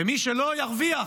ומי שלא, ירוויח.